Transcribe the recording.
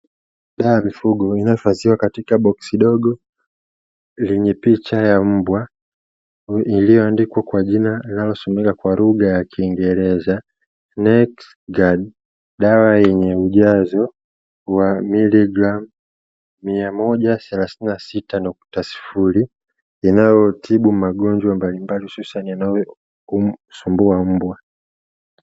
Dawa ya mifugo inayo ifadhiwa katika boksi dogo lenye picha ya mbwa, iliyo andikwa kwa jina linalo someka kwa lugha ya kiingereza "Nex Gard",dawa yenye ujazo wa miligramu mia moja thelathini na sita nukta sifuri, inayotibu magonjwa mbalimbali hususani yanayo sumbua mbwa.